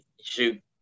shoot